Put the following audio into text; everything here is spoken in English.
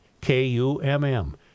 K-U-M-M